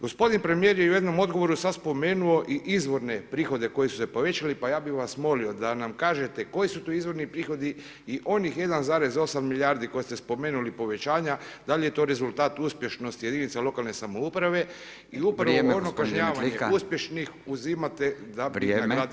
Gospodin premijer je u jednom odgovoru sad spomenuo i izvorne prihode koji su se povećali pa ja bih vas molio da nam kažete koji su to izvorni prihodi i onih 1,8 milijardi koje ste spomenuli povećanja da li je to rezultat uspješnosti jedinica lokalne samouprave i upravo [[Upadica: Vrijeme, gospodine Demetlika.]] ono kažnjavanje uspješnih [[Upadica: Vrijeme.]] uzimate da bi nagradili neuspješne.